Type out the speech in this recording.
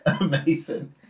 Amazing